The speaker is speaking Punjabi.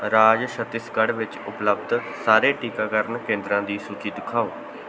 ਰਾਜ ਛੱਤੀਸਗੜ੍ਹ ਵਿੱਚ ਉਪਲੱਬਧ ਸਾਰੇ ਟੀਕਾਕਰਨ ਕੇਂਦਰਾਂ ਦੀ ਸੂਚੀ ਦਿਖਾਓ